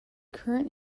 current